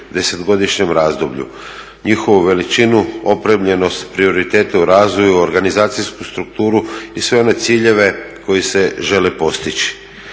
10-godišnjem razdoblju, njihovu veličinu, opremljenost, prioritete u razvoju, organizacijsku strukturu i sve one ciljeve koji se žele postići.